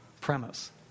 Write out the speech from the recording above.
premise